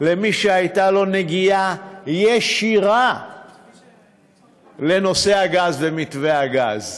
למי שהייתה לו נגיעה ישירה לנושא הגז ומתווה הגז.